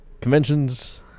Conventions